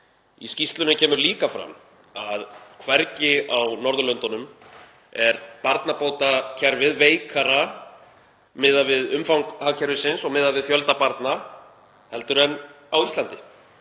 Í skýrslunni kemur líka fram að hvergi á Norðurlöndunum er barnabótakerfið veikara miðað við umfang hagkerfisins og miðað við fjölda barna heldur en á Íslandi.